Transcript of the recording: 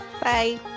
Bye